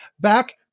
Back